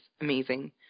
amazing